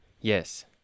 yes